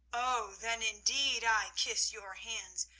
oh, then indeed i kiss your hands,